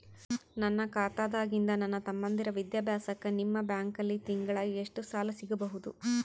ನನ್ನ ಖಾತಾದಾಗಿಂದ ನನ್ನ ತಮ್ಮಂದಿರ ವಿದ್ಯಾಭ್ಯಾಸಕ್ಕ ನಿಮ್ಮ ಬ್ಯಾಂಕಲ್ಲಿ ತಿಂಗಳ ಎಷ್ಟು ಸಾಲ ಸಿಗಬಹುದು?